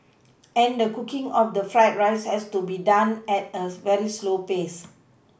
and the cooking of the fried rice has to be done at a very slow pace